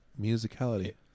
musicality